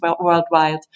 worldwide